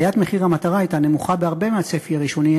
עליית מחיר המטרה הייתה נמוכה בהרבה מהצפי הראשוני,